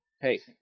Hey